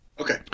Okay